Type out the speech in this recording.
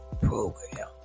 program